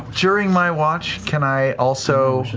during my watch, can i also